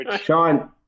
Sean